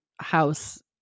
house